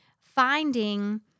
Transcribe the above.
finding